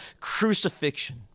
crucifixion